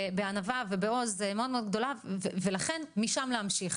בענווה ועוז מאוד מאוד גדולים ולכן משם להמשיך.